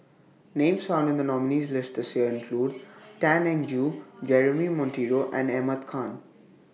Names found in The nominees' list This Year include Tan Eng Joo Jeremy Monteiro and Ahmad Khan